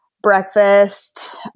breakfast